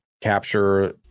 capture